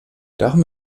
darum